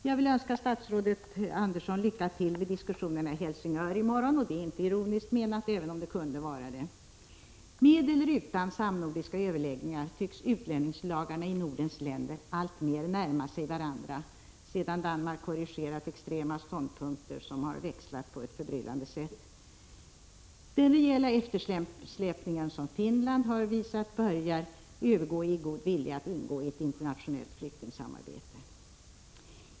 Jag vill önska statsrådet Andersson lycka till vid diskussionen i Helsingör i morgon -— det är inte ironiskt menat, även om det kunde ha varit det. Med eller utan samnordiska överläggningar tycks utlänningslagarna i Nordens länder alltmer närma sig varandra, sedan Danmark korrigerat extrema ståndpunkter som växlat på ett förbryllande sätt. Den rejäla eftersläpningen i Finland börjar övergå i en god vilja att ingå i ett internationellt flyktingsamarbete.